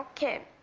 kim